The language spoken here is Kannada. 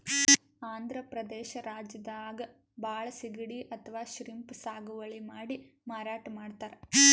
ಆಂಧ್ರ ಪ್ರದೇಶ್ ರಾಜ್ಯದಾಗ್ ಭಾಳ್ ಸಿಗಡಿ ಅಥವಾ ಶ್ರೀಮ್ಪ್ ಸಾಗುವಳಿ ಮಾಡಿ ಮಾರಾಟ್ ಮಾಡ್ತರ್